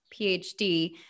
PhD